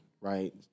right